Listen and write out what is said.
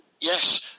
yes